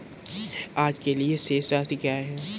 आज के लिए शेष राशि क्या है?